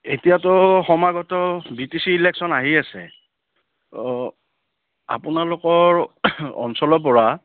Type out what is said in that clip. এতিয়াতো সমাগত B T C election আহি আছে আপোনালোকৰ অঞ্চলৰ পৰা